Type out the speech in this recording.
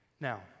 Now